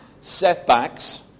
Setbacks